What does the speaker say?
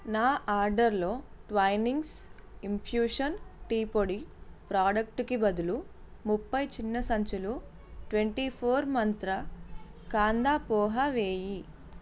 నా ఆడర్లో Twinings infusion tea పొడి ప్రోడక్ట్కి బదులు ముప్పై చిన్న సంచులు ట్వెంటీ ఫోర్ మంత్ర కాందా పోహా వేయి